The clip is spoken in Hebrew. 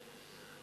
"קְנה",